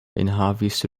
enhavis